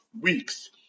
weeks